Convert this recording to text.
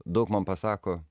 daug man pasako